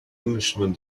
englishman